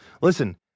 Listen